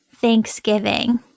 Thanksgiving